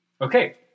Okay